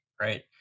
right